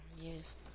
yes